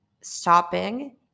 stopping